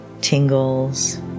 tingles